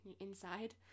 inside